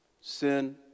Sin